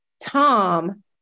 Tom